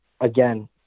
again